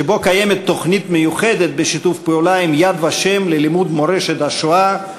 שבו קיימת תוכנית מיוחדת בשיתוף פעולה עם "יד ושם" ללימוד מורשת השואה,